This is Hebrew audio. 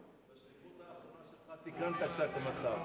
בשליחות האחרונה שלך תיקנת קצת את המצב.